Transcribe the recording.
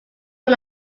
one